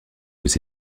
aux